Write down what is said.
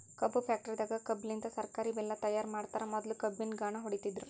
ಕಬ್ಬ್ ಫ್ಯಾಕ್ಟರಿದಾಗ್ ಕಬ್ಬಲಿನ್ತ್ ಸಕ್ಕರಿ ಬೆಲ್ಲಾ ತೈಯಾರ್ ಮಾಡ್ತರ್ ಮೊದ್ಲ ಕಬ್ಬಿನ್ ಘಾಣ ಹೊಡಿತಿದ್ರು